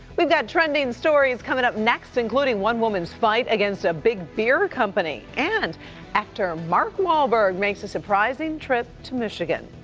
we've got trending stories coming up next, including one woman's fight against ah big beer company. and actor mark wahlberg makes a surprising trip to michigan.